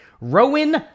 Rowan